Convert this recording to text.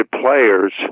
players